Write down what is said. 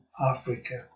Africa